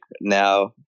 now